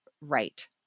right